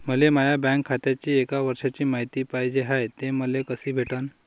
मले माया बँक खात्याची एक वर्षाची मायती पाहिजे हाय, ते मले कसी भेटनं?